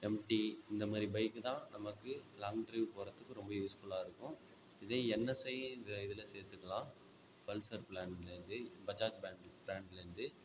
empty இந்த மாதிரி bike தான் நமக்கு லாங் ட்ரிப் போகிறதுக்கு ரொம்ப யூஸ்ஃபுல்லாக் இருக்கும் இதே என்எஸ்ஐ இந்த இதில் சேர்த்துக்கலாம் பல்சர் ப்ராண்ட்லேருந்து பஜாஜ் ப்ராண்ட் ப்ராண்ட்லேருந்து